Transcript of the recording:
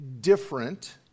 different